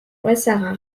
äußerster